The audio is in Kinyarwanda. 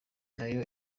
nayo